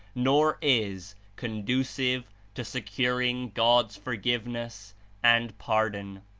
nor is conducive to securing god's forgiveness and pardon.